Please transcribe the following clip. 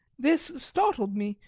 this startled me,